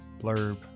blurb